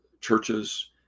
churches